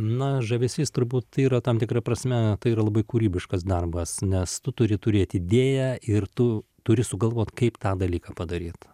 na žavesys turbūt yra tam tikra prasme tai yra labai kūrybiškas darbas nes tu turi turėti idėją ir tu turi sugalvot kaip tą dalyką padaryt